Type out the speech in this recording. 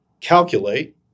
calculate